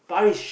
Parish